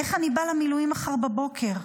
איך אני בא למילואים מחר בבוקר?